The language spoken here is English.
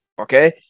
okay